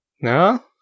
no